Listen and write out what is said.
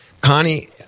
Connie